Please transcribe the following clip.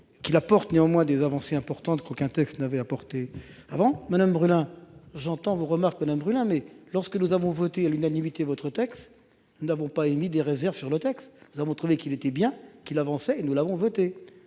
Qu'il apporte néanmoins des avancées importantes qu'aucun texte n'avait apporté avant madame brûle hein j'entends vos remarques ne brûle hein mais lorsque nous avons voté à l'unanimité votre texte. Nous n'avons pas émis des réserves sur le texte, nous avons trouvé qu'il était bien qu'il avançait et nous l'avons voté.